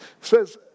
says